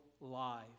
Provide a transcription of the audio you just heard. life